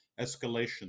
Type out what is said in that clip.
escalation